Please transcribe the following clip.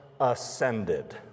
ascended